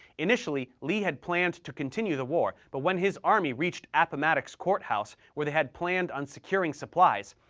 initially, lee had planned to continue the war but when his army reached appomattox court house where they had planned on securing supplies,